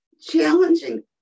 challenging